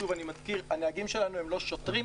שוב, אני מזכיר, הנהגים שלנו הם לא שוטרים.